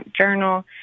Journal